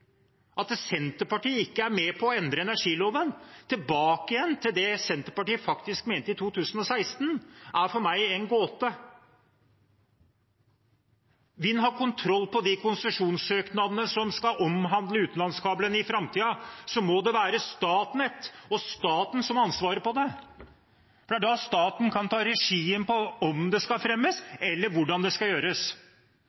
At Senterpartiet ikke er med på å endre energiloven tilbake igjen til det Senterpartiet faktisk mente i 2016, er for meg en gåte. Vil en ha kontroll på de konsesjonssøknadene som skal omhandle utenlandskablene i framtiden, må det være Statnett og staten som har ansvaret for det, for det er da staten kan ta regien på om det skal fremmes,